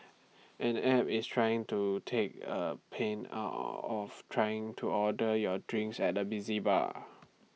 an app is trying to take A pain out of trying to order your drinks at the busy bar